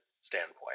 standpoint